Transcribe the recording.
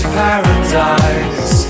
paradise